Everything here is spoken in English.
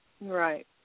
right